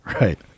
right